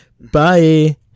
Bye